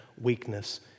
weakness